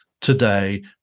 today